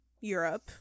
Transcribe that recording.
Europe